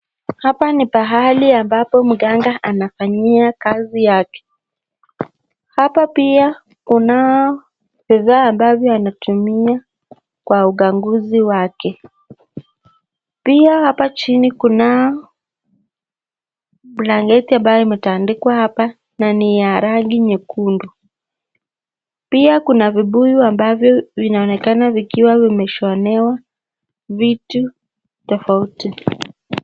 Hapa ni pahali ambapo mganga anafanyia kazi yake. Hapa pia kunao vifaa ambavyo anatumia kwa uganguzi wake. Pia jini hapa jini kunao blanketi ambayo imeandikwa hapa na ni ya rangi nyekundu. Pia kuna vibuyu ambavyo linaonekana vikiwa vimeshonewa vitu tofauti.